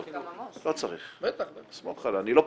לא צריך, סמוך עליי.